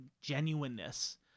genuineness